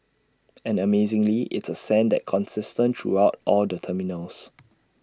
and amazingly it's A scent that consistent throughout all the terminals